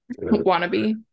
wannabe